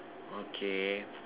okay